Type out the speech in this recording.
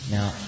Now